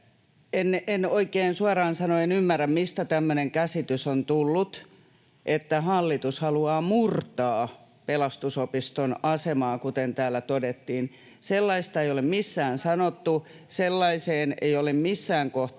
En oikein suoraan sanoen ymmärrä, mistä tämmöinen käsitys on tullut, että hallitus haluaa murtaa Pelastusopiston asemaa, kuten täällä todettiin. Sellaista ei ole missään sanottu, [Jenna Simula: Keskustalaista